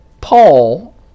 Paul